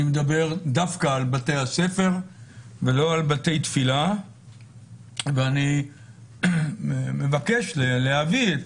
אני מדבר דווקא על בתי הספר ולא על בתי תפילה ואני מבקש להביא את